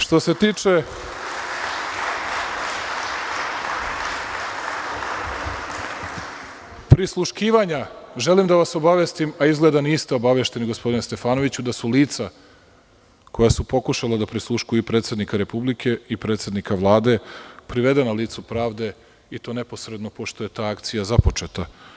Što se tiče prisluškivanja, želim da vas obavestim, a izgleda da niste obavešteni gospodine Stefanoviću, da su lica koja su pokušala da prisluškuju, i predsednika Republike i predsednika Vlade, privedena licu pravde, i to neposredno pošto je ta akcija započeta.